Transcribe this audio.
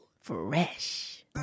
fresh